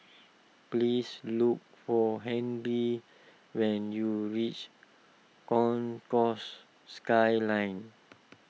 please look for Henry when you reach Concourse Skyline